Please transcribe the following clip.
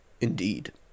Indeed